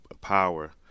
power